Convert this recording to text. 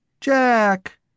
Jack